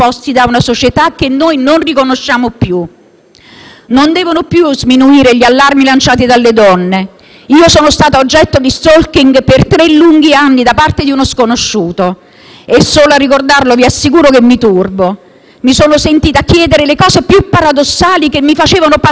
Non devono più sminuire gli allarmi lanciati dalle donne. Io sono stata oggetto di *stalking* per tre lunghi anni da parte di uno sconosciuto. È solo a ricordarlo vi assicuro che mi turbo. Mi sono sentita chiedere le cose più paradossali che mi facevano passare subito da vittima a inquisita,